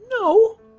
No